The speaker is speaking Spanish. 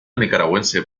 nicaragüense